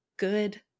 good